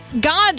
God